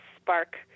spark